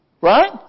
Right